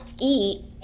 eat